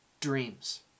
dreams